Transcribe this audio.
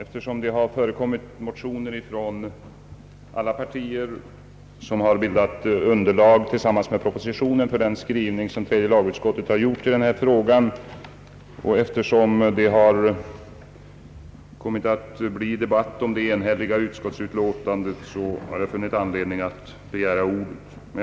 Herr talman! Eftersom i detta ärende samtliga partier har väckt motioner som tillsammans med propositionen har bildat underlag för tredje lagutskottets skrivning i denna fråga och eftersom det har blivit debatt kring det enhälliga utskottsutlåtandet har jag funnit anledning att begära ordet.